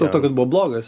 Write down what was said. dėl to kad buvo blogas